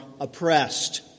oppressed